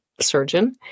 surgeon